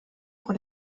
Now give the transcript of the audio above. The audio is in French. pour